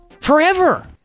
Forever